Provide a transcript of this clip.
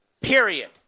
period